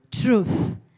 truth